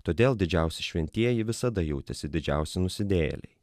todėl didžiausi šventieji visada jautėsi didžiausi nusidėjėliai